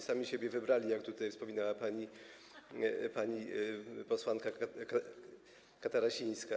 Sami siebie wybrali, jak tutaj wspominała pani posłanka Katarasińska.